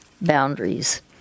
boundaries